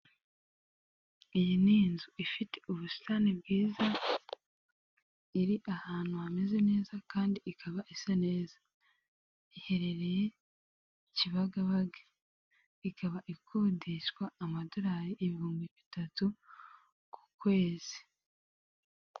Iyi ni inzu ifite ubusitani bwiza, iri hantu hameze neza kandi ikaba isa neza, iherereye Kibagabaga, ikaba ikodeshwa amadolari ibihumbi bitatu ku kwezi.